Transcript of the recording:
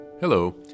Hello